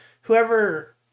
Whoever